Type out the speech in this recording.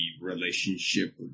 relationship